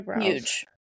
huge